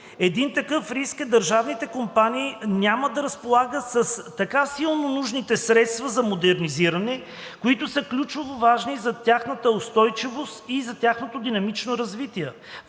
Един такъв риск е – държавните компании няма да разполагат с така силно нужните средства за модернизиране, които са ключово важни за тяхната устойчивост и за тяхното динамично развитие.